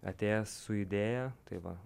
atėjęs su idėja tai va